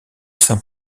saint